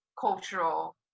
cultural